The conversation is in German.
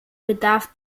bedarf